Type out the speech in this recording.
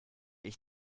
ich